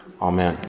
Amen